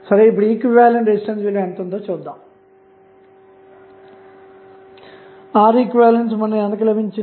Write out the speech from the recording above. సరే ఇప్పుడు equivalent resistance విలువ ఏంతో చూద్దాము